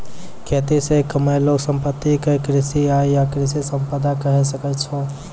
खेती से कमैलो संपत्ति क कृषि आय या कृषि संपदा कहे सकै छो